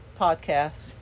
podcast